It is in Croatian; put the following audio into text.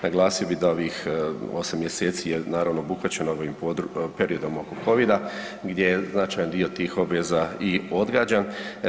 Naglasio bi da ovih 8 mjeseci je naravno obuhvaćeno ovim periodom od kovida gdje je značajan dio tih obveza i odgađan.